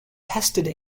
tested